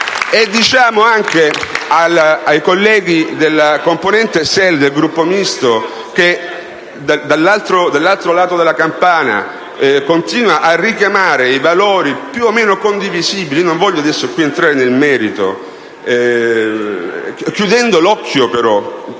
Diciamo anche, ai colleghi della componente SEL del Gruppo Misto, che, dall'altro lato della campana, continuano a richiamare valori più o meno condivisibili (non voglio qui entrare nel merito), chiudendo però